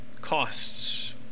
costs